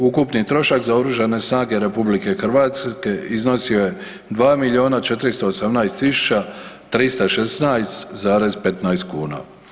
Ukupan trošak za Oružane snage RH iznosio je 2 miliona 418 tisuća 316,15 kuna.